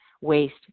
waste